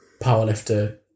powerlifter